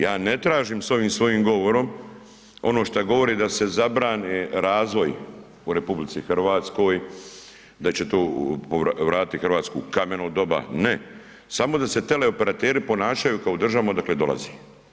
Ja ne tražim s ovim svojim govorom ono šta govori da se zabrani razvoj u RH, da će to vratiti RH u kameno doba, ne, samo da se tele operateri ponašaju kao u državama odakle dolazi.